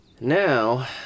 Now